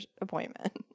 appointment